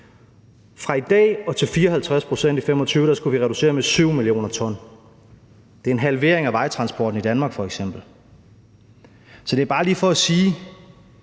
Fra i dag og til 54 pct. i 2025 skulle vi reducere med 7 mio. t. Det er f.eks. en halvering af vejtransporten i Danmark. Så det er bare lige for at sige,